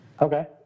Okay